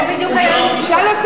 זה בדיוק היה הניסוח.